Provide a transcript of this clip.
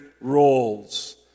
roles